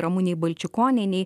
ramunei balčikonienei